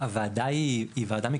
הוועדה היא ועדה מקצועית.